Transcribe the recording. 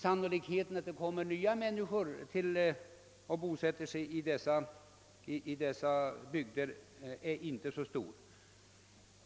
Sannolikheten för att nya människor kommer och bosätter sig i dessa bygder är inte stor.